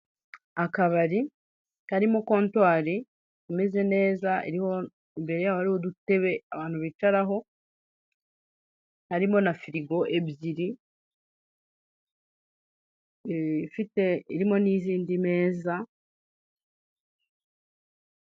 Akabari karimo kontwari imeze neza, imbere yaho hari n'udutebe abantu bicaraho, harimo na firigo ebyiri, irimo n'izindi meza.